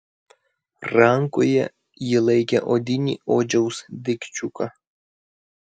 rankoje ji laikė odinį odžiaus daikčiuką